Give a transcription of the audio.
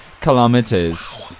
kilometers